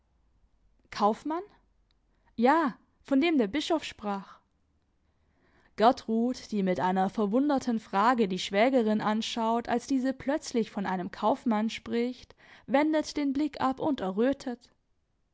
kaufmann ja von dem der bischof sprach gertrud die mit einer verwunderten frage die schwägerin anschaut als diese plötzlich von einem kaufmann spricht wendet den blick ab und errötet